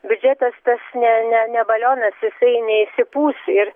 bilietas tas ne ne ne balionas jisai neišsipūs ir